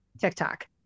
TikTok